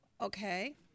Okay